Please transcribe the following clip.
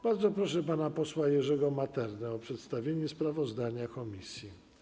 Bardzo proszę pana posła Jerzego Maternę o przedstawienie sprawozdania komisji.